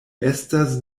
estas